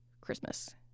Christmas